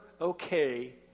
okay